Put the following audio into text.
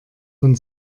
von